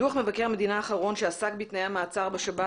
דוח מבקר המדינה האחרון שעסק בתנאי המעצר בשירות בתי הסוהר